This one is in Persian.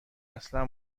اصلا